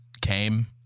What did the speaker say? came